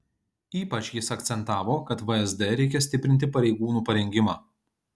ypač jis akcentavo kad vsd reikia stiprinti pareigūnų parengimą